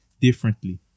differently